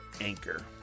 anchor